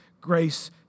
grace